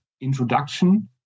introduction